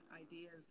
ideas